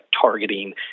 targeting